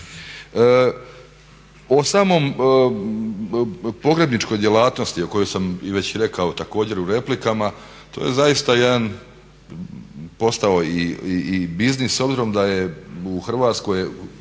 O samom pogrebničkoj djelatnosti o kojoj sam i već rekao također u replikama to je zaista jedan postao i biznis s obzirom da je u Hrvatskoj